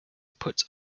put